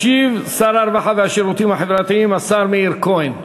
ישיב שר הרווחה והשירותים החברתיים השר מאיר כהן.